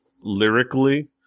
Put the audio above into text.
lyrically